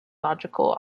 logical